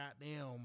goddamn